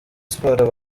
sports